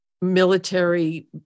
military